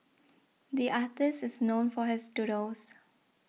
the artist is known for his doodles